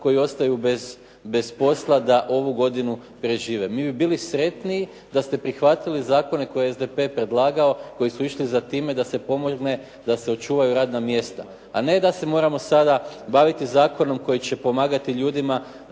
koji ostaju bez posla da ovu godinu prežive. Mi bi bili sretniji da ste prihvatili zakone koje je SDP predlagao koji su išli za time da se pomogne da se očuvaju radna mjesta, a ne da se moramo baviti zakonom koji će pomagati ljudima